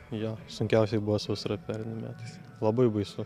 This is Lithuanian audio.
jo sunkiausiai buvo sausra pernai metais labai baisu